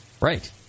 right